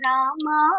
Rama